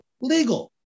legal